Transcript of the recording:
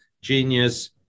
genius